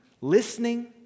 listening